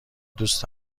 دوست